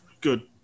Good